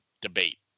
debate